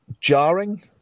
jarring